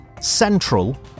Central